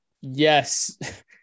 Yes